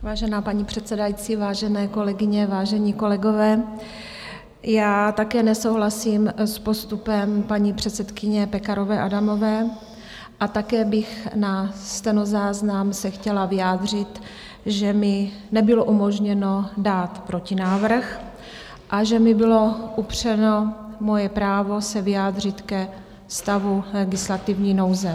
Vážená paní předsedající, vážené kolegyně, vážení kolegové, také nesouhlasím s postupem paní předsedkyně Pekarové Adamové a také bych se na stenozáznam chtěla vyjádřit, že mi nebylo umožněno dát protinávrh a že mi bylo upřeno moje právo se vyjádřit ke stavu legislativní nouze.